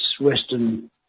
Western